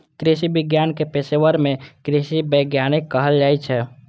कृषि विज्ञान के पेशवर कें कृषि वैज्ञानिक कहल जाइ छै